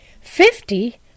fifty